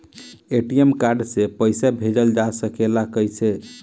ATM card से पइसा भेजल जा सकेला कइसे?